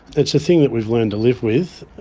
it's a thing that we've learned to live with.